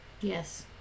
yes